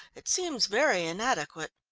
it seems very inadequate.